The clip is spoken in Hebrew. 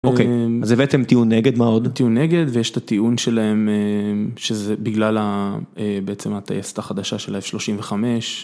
אוקיי, אז הבאתם טיעון נגד, מה עוד? טיעון נגד ויש את הטיעון שלהם, שזה בגלל בעצם הטייסת החדשה של ה-F35.